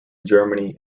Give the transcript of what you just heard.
germany